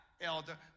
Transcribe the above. elder